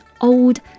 old